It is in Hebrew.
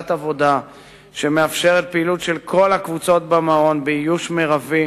עבודה שמאפשרת פעילות של כל הקבוצות במקום באיוש מרבי,